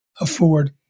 afford